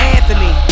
Anthony